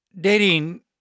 Dating